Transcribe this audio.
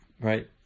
Right